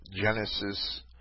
Genesis